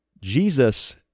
Jesus